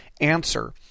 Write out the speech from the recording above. Answer